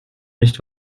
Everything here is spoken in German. nicht